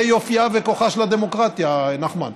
זה יופייה וכוחה של הדמוקרטיה, נחמן.